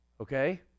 Okay